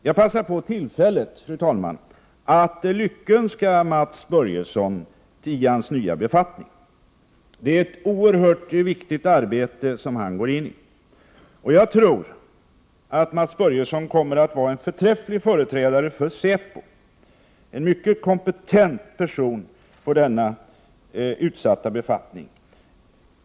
Jag passar på tillfället, fru talman, att lyckönska Mats Börjesson i hans nya befattning. Det är ett oerhört viktigt arbete som han går in i. Och jag tror att Mats Börjesson kommer att vara en förträfflig företrädare för säpo, en mycket kompetent person på denna utsatta befattning.